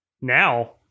Now